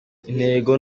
intego